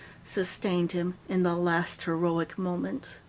sustained him in the last heroic moments.